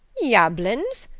yabblins!